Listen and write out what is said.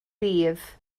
bydd